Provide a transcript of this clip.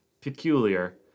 peculiar